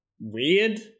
weird